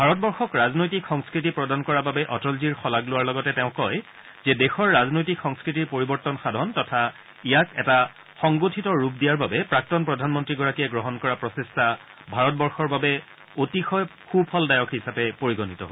ভাৰতবৰ্যক ৰাজনৈতিক সংস্কৃতি প্ৰদান কৰা বাবে অটলজীৰ শলাগ লোৱাৰ লগতে তেওঁ কয় যে দেশৰ ৰাজনৈতিক সংস্কৃতিৰ পৰিৱৰ্তন সাধন তথা ইয়াক এটা সংগঠিত ৰূপ দিয়াৰ বাবে প্ৰাক্তন প্ৰধানমন্ত্ৰীগৰাকীয়ে গ্ৰহণ কৰা প্ৰচেষ্টা ভাৰতবৰ্ষৰ বাবে অতিশয় সুফলদায়ক হিচাপে পৰিগণিত হৈছে